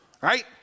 right